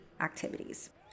activities